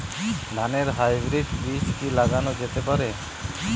ধানের হাইব্রীড বীজ কি লাগানো যেতে পারে?